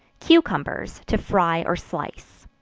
cucumbers, to fry or slice.